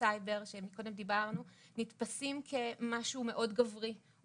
סייבר שעליו מקודם דיברנו והם נתפסים כמשהו מאוד גברי,